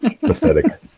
Pathetic